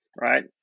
right